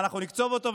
אנחנו נקצוב אותו,